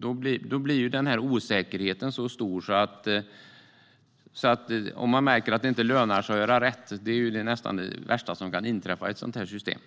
Då blir det en stor osäkerhet. Att man märker att det inte lönar sig att göra rätt är nästan det värsta som kan inträffa i ett system